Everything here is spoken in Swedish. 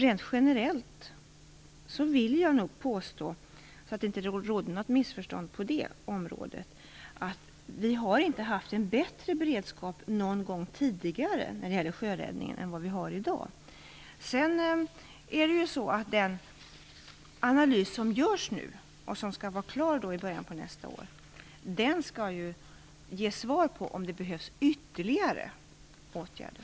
Rent generellt vill jag nog påstå, för att det inte skall råda något missförstånd på det området, att vi inte har haft en bättre beredskap när det gäller sjöräddning någon gång tidigare än vad vi har i dag. Den analys som nu görs och som skall vara klar i början på nästa år skall ju ge svar på om det behövs ytterligare åtgärder.